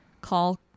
call